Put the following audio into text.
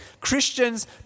Christians